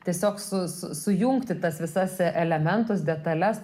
tiesiog su su sujungti tas visas elementus detales